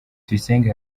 tuyisenge